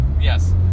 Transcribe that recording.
Yes